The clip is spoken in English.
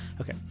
Okay